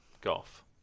Golf